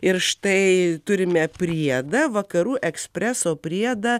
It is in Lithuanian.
ir štai turime priedą vakarų ekspreso priedą